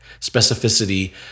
specificity